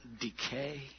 decay